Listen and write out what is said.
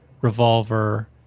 revolver